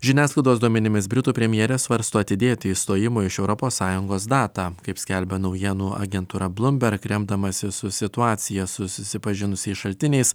žiniasklaidos duomenimis britų premjerė svarsto atidėti išstojimo iš europos sąjungos datą kaip skelbia naujienų agentūra blumberg remdamasi su situacija susipažinusiais šaltiniais